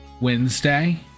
Wednesday